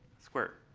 squared.